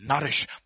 Nourish